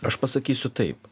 aš pasakysiu taip